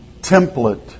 template